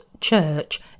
church